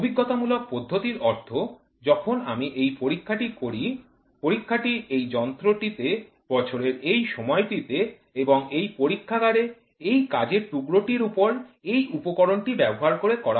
অভিজ্ঞতামূলক পদ্ধতি র অর্থ যখন আমি এই পরীক্ষাটি করি পরীক্ষারটি এই যন্ত্রটিতে বছরের এই সময়টিতে এবং এই পরীক্ষাগারে এই কাজের টুকরো টির উপর এই উপকরণটি ব্যবহার করে করা হয়